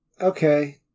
okay